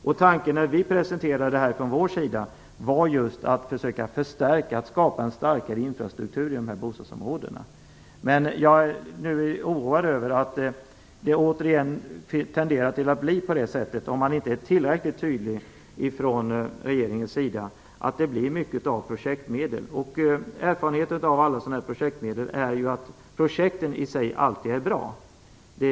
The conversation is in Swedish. Vår tanke var att man skulle skapa en starkare infrastruktur i dessa bostadsområden. Men jag är oroad över att det återigen tenderar att bli mycket av projektinsatser om man inte är tillräckligt tydlig från regeringens sida. Erfarenheten av alla sådana här projekt är att projekten i sig alltid är bra.